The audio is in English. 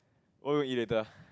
what do you to eat later